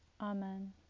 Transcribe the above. Amen